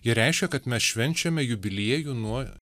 jie reiškia kad mes švenčiame jubiliejų nuo